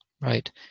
Right